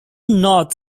north